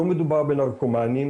לא מדובר בנרקומנים,